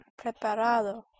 preparado